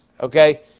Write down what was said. Okay